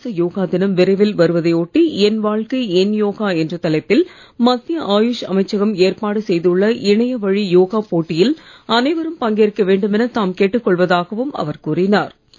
சர்வதேச யோகா தினம் விரைவில் வருவதை ஒட்டி என் வாழ்க்கை என் யோகா என்ற தலைப்பில் மத்திய ஆயுஷ் அமைச்சகம் ஏற்பாடு செய்துள்ள இணையவழி யோகா போட்டியில் அனைவரும் பங்கேற்க வேண்டுமென தாம் கேட்டுக் கொள்வதாகவும் அவர் கூறினார்